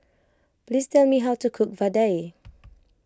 please tell me how to cook Vadai